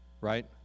Right